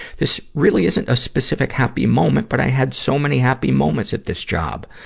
this really isn't a specific happy moment, but i had so many happy moments at this job,